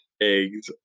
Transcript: eggs